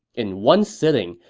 in one sitting,